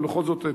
אבל בכל זאת,